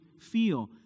feel